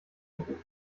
ruft